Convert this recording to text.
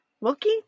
Wilkie